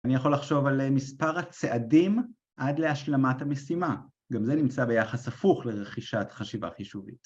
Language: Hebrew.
‫אני יכול לחשוב על מספר הצעדים ‫עד להשלמת המשימה. ‫גם זה נמצא ביחס הפוך ‫לרכישת חשיבה חישובית.